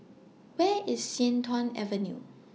Where IS Sian Tuan Avenue